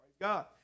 God